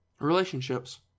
Relationships